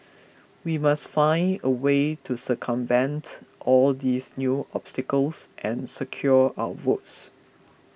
we must find a way to circumvent all these new obstacles and secure our votes